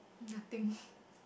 nothing